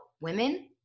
women